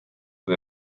või